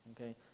okay